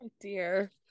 Dear